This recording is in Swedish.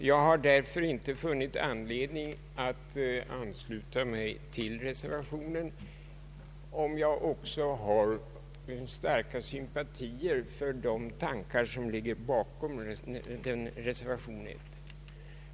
Jag har därför inte funnit anledning att ansluta mig till reservation 1, även om jag har starka sympatier för de tankar som ligger bakom denna.